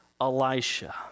Elisha